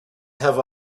have